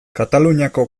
kataluniako